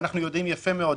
ואנחנו יודעים יפה מאוד,